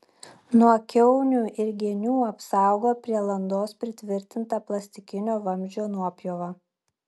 nuo kiaunių ir genių apsaugo ir prie landos pritvirtinta plastikinio vamzdžio nuopjova